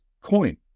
COIN